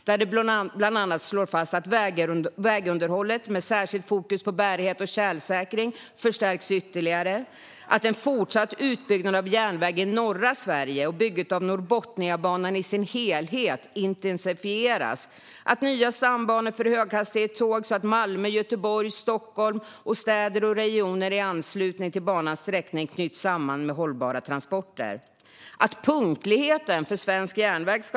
Där slås det bland annat fast att vägunderhållet, med särskilt fokus på bärighet och tjälsäkring, ska förstärkas ytterligare, att en fortsatt utbyggnad av järnväg i norra Sverige ska ske, att bygget av Norrbotniabanan i sin helhet ska intensifieras, att nya stambanor för höghastighetståg, så att Malmö, Göteborg och Stockholm och städer och regioner i anslutning till banans sträckning knyts samman med hållbara transporter, ska ske och att punktligheten för svensk järnväg ska öka.